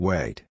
Wait